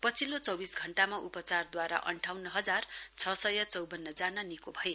पछिल्लो चौविस घण्टामा उपचारद्वारा अन्ठाउन्न हजार छ सय चौवन्न जना निको भए